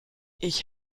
ich